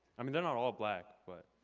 i mean they're not all black, but,